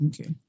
Okay